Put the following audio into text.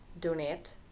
donate